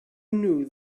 knew